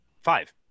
five